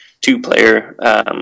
two-player